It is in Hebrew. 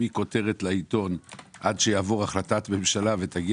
שמכותרת בעיתון עד שתעבור החלטת ממשלה ותגיע